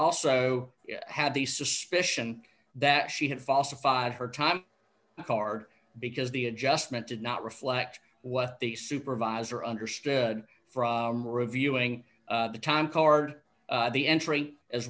also had the suspicion that she had falsified her time card because the adjustment did not reflect what the supervisor understood from reviewing the time card the entry as